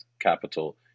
capital